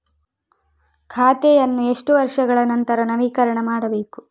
ಖಾತೆಯನ್ನು ಎಷ್ಟು ವರ್ಷಗಳ ನಂತರ ನವೀಕರಣ ಮಾಡಬೇಕು?